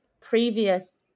previous